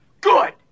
Good